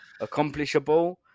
accomplishable